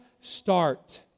start